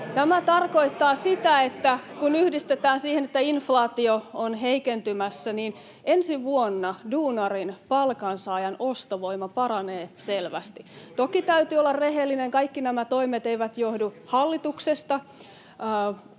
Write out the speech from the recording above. Tämä tarkoittaa sitä, että kun yhdistetään siihen, että inflaatio on heikentymässä, niin ensi vuonna duunarin, palkansaajan, ostovoima paranee selvästi. Toki täytyy olla rehellinen, kaikki nämä toimet eivät johdu hallituksesta,